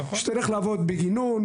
שתלך לעבוד בגינון,